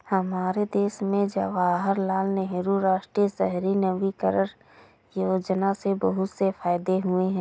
हमारे देश में जवाहरलाल नेहरू राष्ट्रीय शहरी नवीकरण योजना से बहुत से फायदे हुए हैं